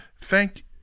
thank